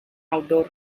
outdoor